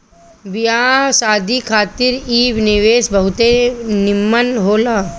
बियाह शादी खातिर इ निवेश बहुते निमन होला